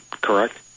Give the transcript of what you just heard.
correct